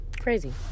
Crazy